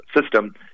system